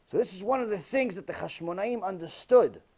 this is one of the things that the hush my name understood